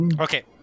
Okay